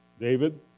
David